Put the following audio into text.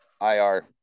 IR